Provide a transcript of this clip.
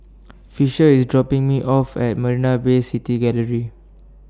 Fisher IS dropping Me off At Marina Bay City Gallery